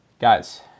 Guys